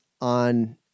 on